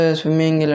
swimming